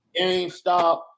GameStop